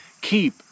keep